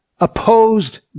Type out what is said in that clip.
Opposed